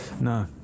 No